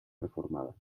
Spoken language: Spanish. reformada